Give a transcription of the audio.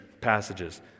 passages